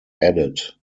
added